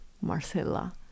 Marcella